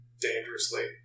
dangerously